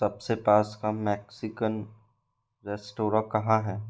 सबसे पास का मैक्सिकन रेस्तोरां कहाँ है